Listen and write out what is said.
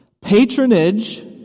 Patronage